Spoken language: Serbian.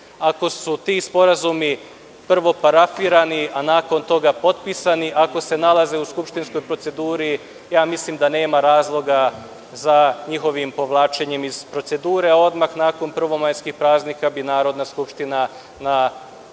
Ako su ti sporazumi prvo parafirani, a nakon toga potpisani. Ako se nalaze u skupštinskoj proceduri, mislim da nema razloga za njihovim povlačenjem iz procedure. Odmah nakon prvomajskih praznika bi Narodna skupština na